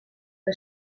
que